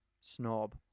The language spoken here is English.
snob